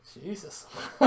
Jesus